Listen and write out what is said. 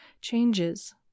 changes